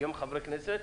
וגם חברי כנסת,